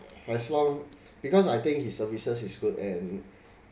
as long because I think his services is good and